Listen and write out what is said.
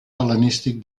hel·lenístic